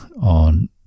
on